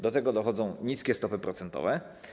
Do tego dochodzą niskie stopy procentowe.